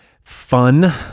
fun